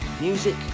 Music